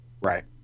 Right